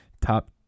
top